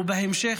ובהמשך,